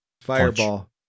fireball